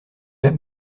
lac